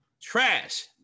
trash